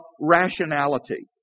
rationality